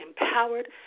Empowered